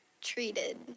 treated